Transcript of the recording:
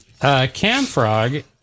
Camfrog